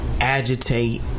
agitate